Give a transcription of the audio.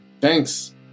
Thanks